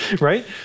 Right